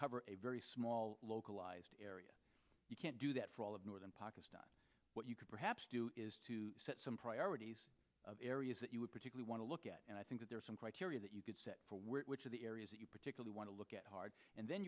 cover a very small localized area you can't do that for all of northern pakistan what you could perhaps do is to set some priorities of areas that you would particularly want to look at and i think that there are some criteria that you could set forward which are the areas that you particularly want to look at hard and then